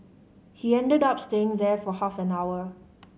he ended up staying there for half an hour